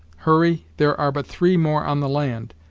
hurry, there are but three more on the land,